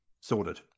sorted